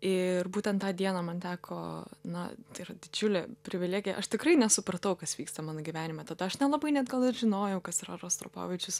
ir būtent tą dieną man teko na tai yra didžiulė privilegija aš tikrai nesupratau kas vyksta mano gyvenime tada aš nelabai net gal ir žinojau kas yra rostropovičius